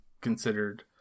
considered